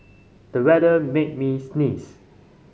the weather made me sneeze